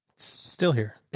still here,